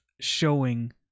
showing